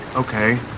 ok,